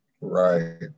right